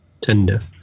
tender